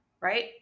Right